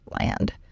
land